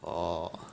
orh